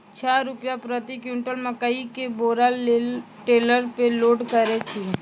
छह रु प्रति क्विंटल मकई के बोरा टेलर पे लोड करे छैय?